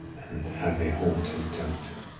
and have a home to return to.